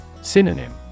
Synonym